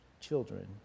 children